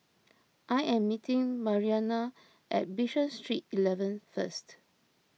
I am meeting Marianna at Bishan Street eleven first